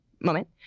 moment